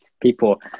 People